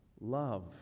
love